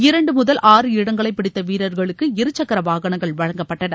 இரண்டு முதல் ஆறு இடங்களைப் பிடித்த வீரர்களுக்கு இருசக்கர வாகனங்கள் வழங்கப்பட்டது